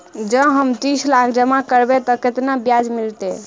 जँ हम तीस लाख जमा करबै तऽ केतना ब्याज मिलतै?